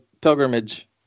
pilgrimage